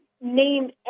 name